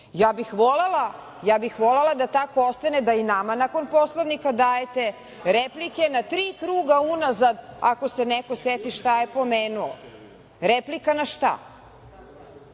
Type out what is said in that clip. Ja bih volela da tako ostane, da i nama nakon Poslovnika dajete replike na tri kruga unazad, ako se neko seti šta je pomenuo. Replika na